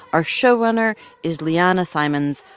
our showrunner is leeanna simons.